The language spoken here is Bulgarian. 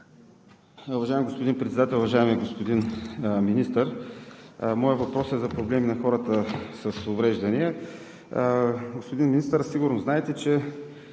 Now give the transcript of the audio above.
Уважаеми господин Председател, уважаеми господин Министър! Моят въпрос е за проблеми на хората с увреждания. Господин Министър, сигурно знаете, че